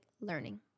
learning